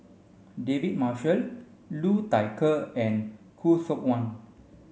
David Marshall Liu Thai Ker and Khoo Seok Wan